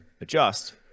adjust